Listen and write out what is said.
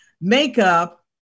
makeup